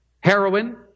Heroin